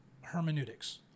hermeneutics